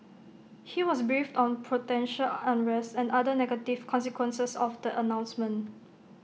he was briefed on potential unrest and other negative consequences of the announcement